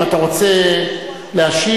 אם אתה רוצה להשיב,